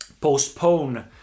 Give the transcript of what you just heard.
postpone